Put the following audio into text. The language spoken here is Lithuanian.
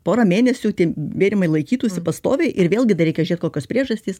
porą mėnesių tie bėrimai laikytųsi pastoviai ir vėlgi reikia žiūrėt kokios priežastys